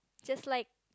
just like